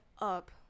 up